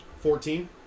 Fourteen